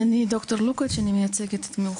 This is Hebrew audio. אני מייצגת כאן את קופת חולים "מאוחדת".